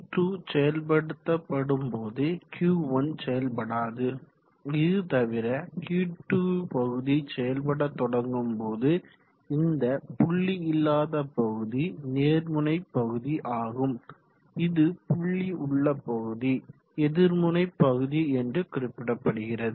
Q2 செயல்படுத்த படும் போது Q1 செயல்படாது இதுதவிர Q2பகுதி செயல்பட தொடங்கும் போது இந்த புள்ளி இல்லாத பகுதி நேர் முனை பகுதி ஆகும் இது புள்ளி உள்ள பகுதி எதிர் முனை பகுதி என்று குறிப்பிடப்படுகிறது